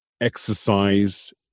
exercise